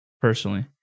personally